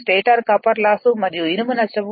stator copper loss మరియు ఇనుము నష్టం